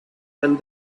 and